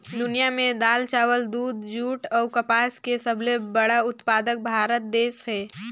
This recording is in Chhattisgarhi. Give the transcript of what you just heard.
दुनिया में दाल, चावल, दूध, जूट अऊ कपास के सबले बड़ा उत्पादक भारत देश हे